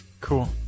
Cool